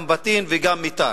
אום-בטין וגם מיתר.